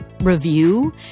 review